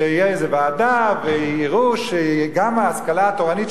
שתהיה איזו ועדה ויראו שגם ההשכלה התורנית,